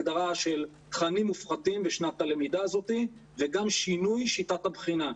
הגדרה של תכנים מופחתים בשנת הלמידה הזאת וגם שינוי שיטת הבחינה.